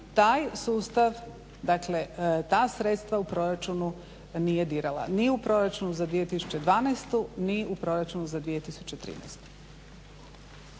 taj sustav, ta sredstva u proračunu nije dirala. Ni u Proračunu za 2012. ni u Proračunu za 2013.